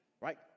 right